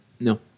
No